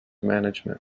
management